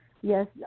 yes